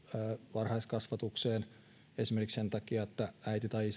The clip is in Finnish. varhaiskasvatukseen esimerkiksi sen takia että äiti tai